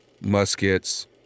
muskets